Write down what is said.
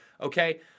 Okay